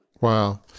Wow